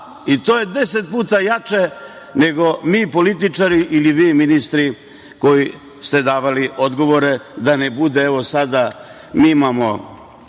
I to je deset puta jače nego mi, političari, ili vi, ministri koji ste davali odgovore. Da ne bude sada – mi imamo